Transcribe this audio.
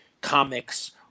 comics